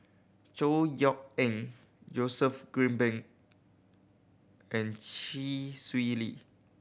Chor Yeok Eng Joseph Grimberg and Chee Swee Lee